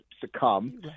succumb